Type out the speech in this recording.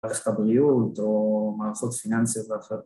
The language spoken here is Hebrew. מערכת הבריאות, ‫או מערכות פיננסיות כאלה ואחרות.